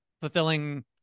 fulfilling